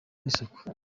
n’isuku